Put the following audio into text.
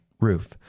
roof